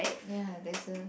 ya there's a